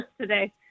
today